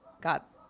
got